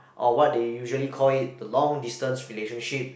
or what they usually call it the long distance relationship